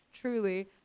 truly